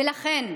ולכן,